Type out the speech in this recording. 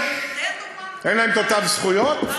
אין להם אותן זכויות?